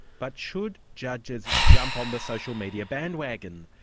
but should judges jump on the social media bandwagon?